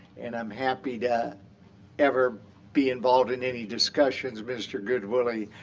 and i'm happy to ever be involved in any discussions, mr. goodwillie,